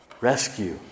rescue